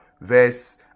verse